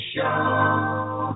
show